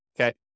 okay